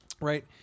right